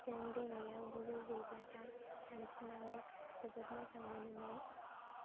जों दैमायाव दुगैहैब्लाथाय सानस्रिनानै जोबोद मोजां मोनोमोन